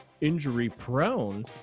injury-prone